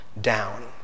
down